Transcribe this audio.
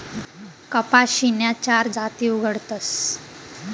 कपाशीन्या चार जाती उगाडतस